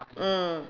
mm